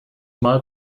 mal